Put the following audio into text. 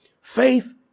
Faith